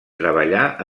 treballà